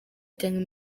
cyangwa